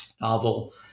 novel